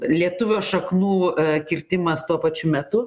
ir lietuvių šaknų kirtimas tuo pačiu metu